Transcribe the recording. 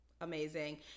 amazing